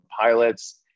pilots